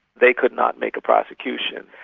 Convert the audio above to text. they could not make a prosecution.